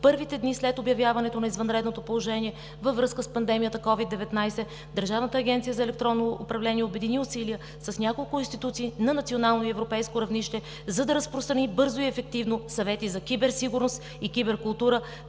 първите дни след обявяването на извънредното положение във връзка с пандемията COVID-19 Държавната агенция „Електронно управление“ обедини усилия с няколко институции на национално и европейско равнище, за да разпространи бързо и ефективно съвети за киберсигурност и киберкултура